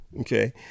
Okay